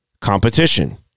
competition